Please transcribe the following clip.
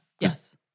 Yes